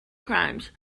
crimes